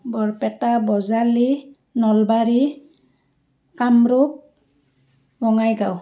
Barpeta Bajali Nalbari Kamrup Bongaigaon